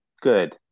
good